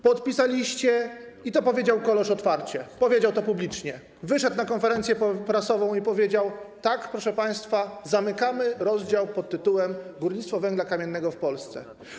Podpisaliście ją i to powiedział Kolorz otwarcie, publicznie, wyszedł na konferencję prasową i powiedział: tak, proszę państwa, zamykamy rozdział pt. górnictwo węgla kamiennego w Polsce.